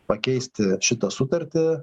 pakeisti šitą sutartį